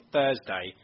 Thursday